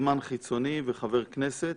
מוזמן החיצוני וחבר כנסת.